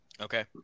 Okay